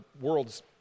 world's